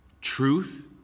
truth